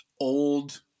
old